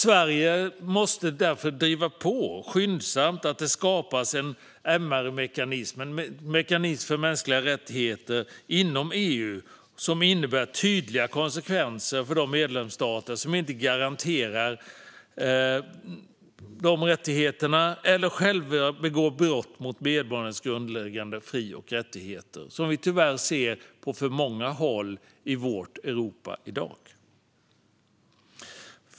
Sverige måste därför driva på för att det skyndsamt skapas en MR-mekanism - en mekanism för mänskliga rättigheter - inom EU som innebär tydliga konsekvenser för de medlemsstater som inte garanterar dessa rättigheter eller som själva begår brott mot medborgarnas grundläggande fri och rättigheter, vilket vi tyvärr ser på för många håll i vårt Europa i dag.